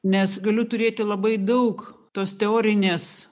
nes galiu turėti labai daug tos teorinės